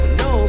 no